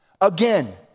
Again